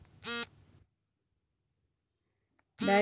ದಾಳಿಂಬೆ ಬೆಳೆಯನ್ನು ಯಾವ ರೀತಿಯ ಕೀಟಗಳು ಬಾಧಿಸುತ್ತಿವೆ?